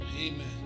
Amen